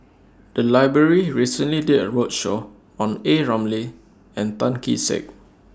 The Library recently did A roadshow on A Ramli and Tan Kee Sek